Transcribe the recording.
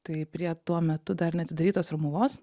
tai prie tuo metu dar neatidarytos romuvos